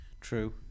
True